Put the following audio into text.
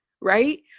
right